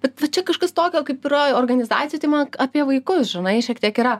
bet va čia kažkas tokio kaip yra organizacijoj tai man apie vaikus žinai šiek tiek yra